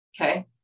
Okay